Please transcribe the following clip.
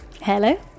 Hello